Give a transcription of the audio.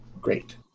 Great